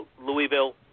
Louisville